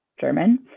German